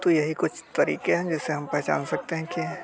तो यही कुछ तरीक़े हैं जिससे हम पहचान सकते हैं कि